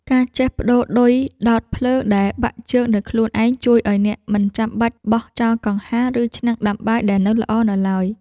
ការចេះប្តូរឌុយដោតភ្លើងដែលបាក់ជើងដោយខ្លួនឯង ជួយឱ្យអ្នកមិនចាំបាច់បោះចោលកង្ហារ ឬឆ្នាំងដាំបាយដែលនៅល្អនៅឡើយ។